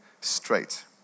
straight